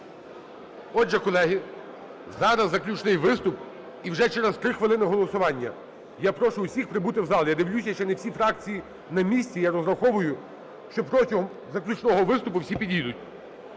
Отже, колеги, зараз заключний виступ, і вже через 3 хвилини голосування. Я прошу всіх прибути в зал. Я дивлюся, що не всі фракції на місці. Я розраховую, що протягом заключного виступу всі підійдуть.